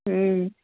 ह्म्